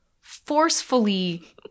forcefully